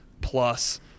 plus